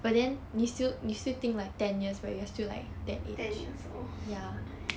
ten years old